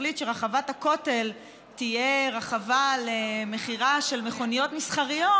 מחליט שרחבת הכותל תהיה רחבה למכירה של מכוניות מסחריות,